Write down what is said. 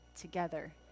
together